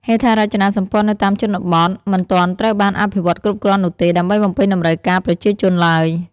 ហេដ្ឋារចនាសម្ព័ន្ធនៅតាមជនបទមិនទាន់ត្រូវបានអភិវឌ្ឍគ្រប់គ្រាន់នោះទេ ដើម្បីបំពេញតម្រូវការប្រជាជនឡើយ។